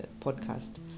podcast